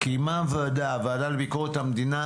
קיימה הוועדה לביקורת המדינה,